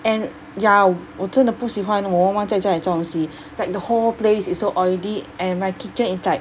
and ya 我真的不喜欢我妈妈在家里炸东西 it's like the whole place is so oily and my kitchen is like